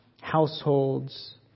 households